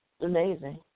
amazing